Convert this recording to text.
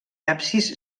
absis